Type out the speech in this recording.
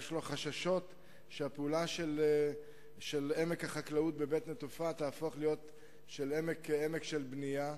יש לו חששות שעמק החקלאות בבית-נטופה יהפוך להיות עמק של בנייה,